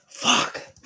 Fuck